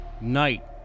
night